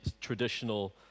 traditional